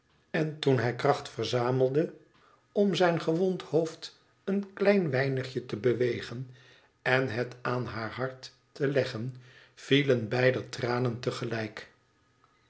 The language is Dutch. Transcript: en toen hij kracht verzamelde om zijn gewond hoofd een klein weinigje te bewegen en het aan haar hart te leggen vielen beider tranen